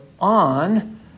on